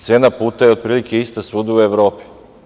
Cena puta je otprilike ista svuda u Evropi.